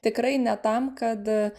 tikrai ne tam kad